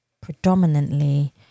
predominantly